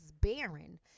barren